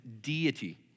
deity